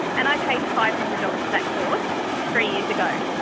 and i paid five hundred dollars for that course three years ago.